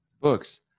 Books